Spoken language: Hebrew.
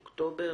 אוקטובר,